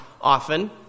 often